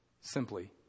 simply